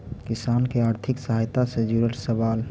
किसान के आर्थिक सहायता से जुड़ल सवाल?